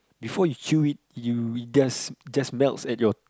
before you chew it you it just just melts at your